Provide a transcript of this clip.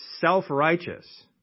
self-righteous